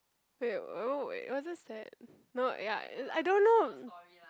wait was that sad no ya I don't know